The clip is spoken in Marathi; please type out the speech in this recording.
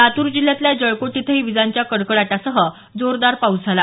लातूर जिल्ह्यातल्या जळकोट इथंही विजांच्या कडकडाटासह जोरदार पाऊस झाला